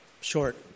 short